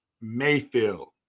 Mayfield